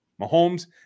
Mahomes